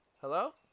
Hello